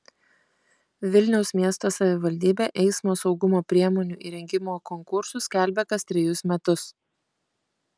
vilniaus miesto savivaldybė eismo saugumo priemonių įrengimo konkursus skelbia kas trejus metus